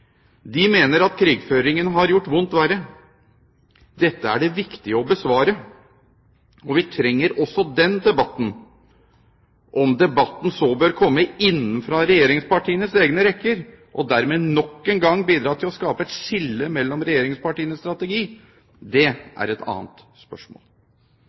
De mener at krigføringen har gjort vondt verre. Dette er det viktig å besvare, og vi trenger også den debatten. Om debatten så bør komme innenfra regjeringspartienes egne rekker og dermed nok en gang bidra til å skape et skille mellom regjeringspartienes strategi, det er et annet spørsmål.